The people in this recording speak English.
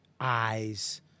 eyes